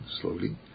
slowly